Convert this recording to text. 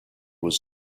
was